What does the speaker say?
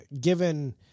Given